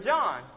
John